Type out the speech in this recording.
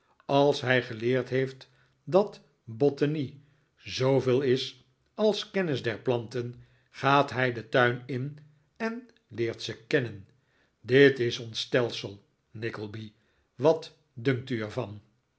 als hij geleerd heeft dat b o e n i e zooveel is als kennis der planten gaat hij den tuin in en leert ze kennen dit is ons stelsel nickleby wat dunkt u